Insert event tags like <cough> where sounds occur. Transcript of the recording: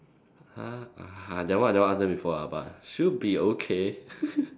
!huh! !huh! that one I never ask them before lah but should be okay <laughs>